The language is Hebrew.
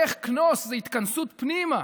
"לך כנוס" זה התכנסות פנימה,